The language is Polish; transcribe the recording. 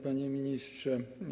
Panie Ministrze!